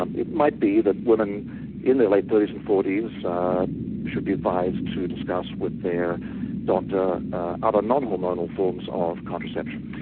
um it might be that women in their late thirty s and forty s should be advised to discuss with their doctor other non-hormonal forms of contraception.